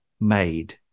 made